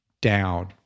down